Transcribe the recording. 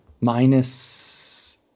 minus